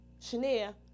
Shania